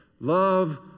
Love